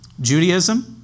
Judaism